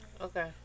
Okay